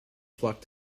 flock